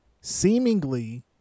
seemingly